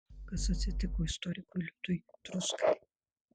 kas atsitiko istorikui liudui truskai